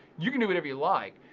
you can do whatever you like.